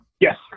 Yes